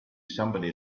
somebody